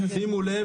שימו לב,